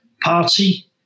party